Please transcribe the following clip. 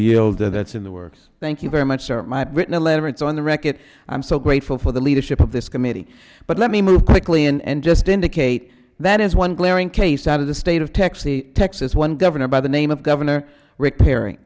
and that's in the works thank you very much sir my written a letter it's on the record i'm so grateful for the leadership of this committee but let me move quickly in and just indicate that is one glaring case out of the state of texas texas one governor by the name of governor r